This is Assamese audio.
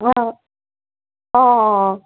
অ' অ' অ'